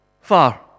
far